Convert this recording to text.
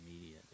media